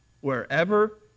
Wherever